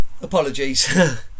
apologies